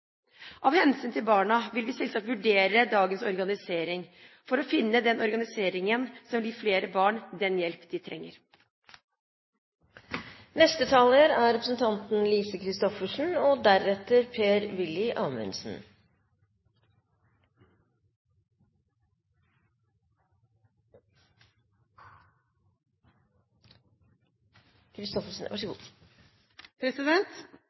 Av hensyn til barna vil vi selvsagt vurdere dagens organisering, for å finne den organiseringen som vil gi flere barn den hjelpen de trenger. Så langt i debatten har det vært mye fokus på veksten i kommunesektoren under den rød-grønne regjeringen. Det er